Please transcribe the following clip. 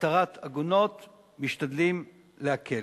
התרת עגונות משתדלים להקל.